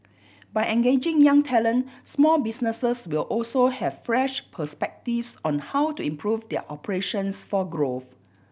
by engaging young talent small businesses will also have fresh perspectives on how to improve their operations for growth